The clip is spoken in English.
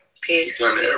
Peace